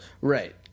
Right